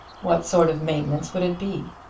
what sort of maintenance would it be?